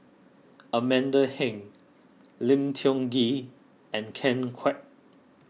Amanda Heng Lim Tiong Ghee and Ken Kwek